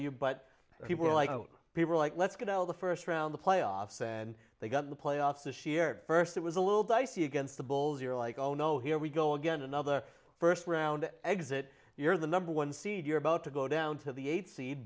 you but people like people like let's get out of the first round the playoffs and they got to the playoffs this year first it was a little dicey against the bulls are like oh no here we go again another first round exit you're the number one seed you're about to go down to the eighth s